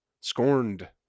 scorned